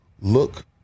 look